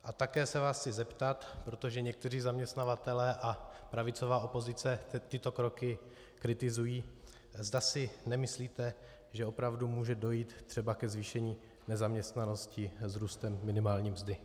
A také se vás chci zeptat, protože někteří zaměstnavatelé a pravicová opozice tyto kroky kritizují, zda si nemyslíte, že opravdu může dojít třeba ke zvýšení nezaměstnanosti vzrůstem minimální mzdy.